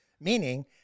meaning